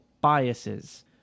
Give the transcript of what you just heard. biases